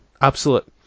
absolute